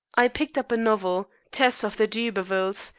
i picked up a novel, tess of the d'urbervilles,